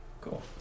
Cool